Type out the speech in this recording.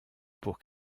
pour